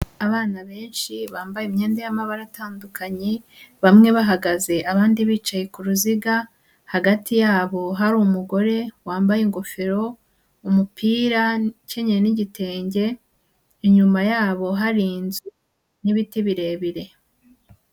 Abana benshi bambaye imyenda y'amabara atandukanye, bamwe bahagaze abandi bicaye ku ruziga, hagati yabo hari umugore wambaye ingofero, umupira, ukenyeye n'igitenge, inyuma yabo hari inzu n'ibiti birebire.